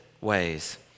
ways